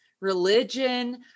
religion